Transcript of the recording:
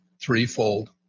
threefold